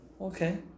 Okay